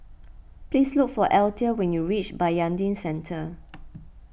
please look for Althea when you reach Bayanihan Centre